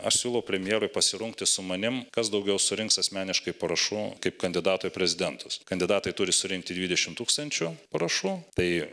aš siūlau premjerui pasirungti su manim kas daugiau surinks asmeniškai parašų kaip kandidato į prezidentus kandidatai turi surinkti dvidešim tūkstančių parašų tai